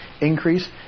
increase